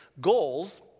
goals